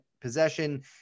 possession